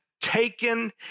taken